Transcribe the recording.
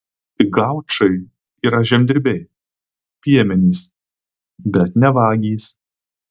gaučai yra žemdirbiai piemenys bet ne vagys